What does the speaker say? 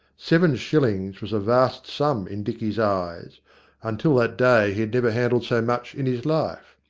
seven shillings was a vast sum in dicky's eyes until that day he had never handled so much in his life.